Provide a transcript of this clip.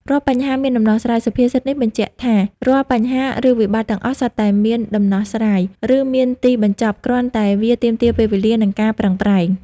រាល់បញ្ហាមានដំណោះស្រាយ សុភាសិតនេះបញ្ជាក់ថា រាល់បញ្ហា ឬវិបត្តិទាំងអស់សុទ្ធតែមាន ដំណោះស្រាយ ឬមានទីបញ្ចប់ គ្រាន់តែវាទាមទារពេលវេលា និងការប្រឹងប្រែង។